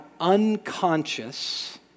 unconscious